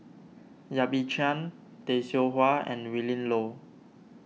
Yap Ee Chian Tay Seow Huah and Willin Low